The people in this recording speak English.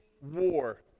war